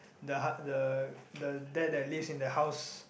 the ot~ the the dad that lives in the house